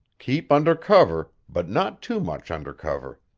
keep under cover, but not too much under cover.